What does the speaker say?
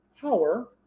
power